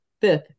fifth